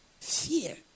Fear